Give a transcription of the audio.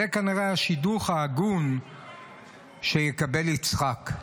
זה כנראה השידוך ההגון שיקבל יצחק.